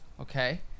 Okay